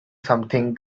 something